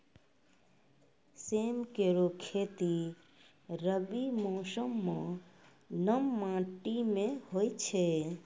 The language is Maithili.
सेम केरो खेती रबी मौसम म नम माटी में होय छै